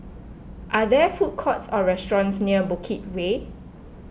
are there food courts or restaurants near Bukit Way